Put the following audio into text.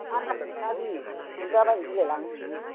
आनदाज मोना बे बुजाबायनो गिलाय लाङो आं